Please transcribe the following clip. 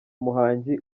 muhangi